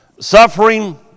Suffering